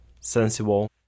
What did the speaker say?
Sensible